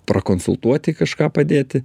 prakonsultuoti kažką padėti